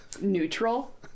neutral